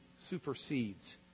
supersedes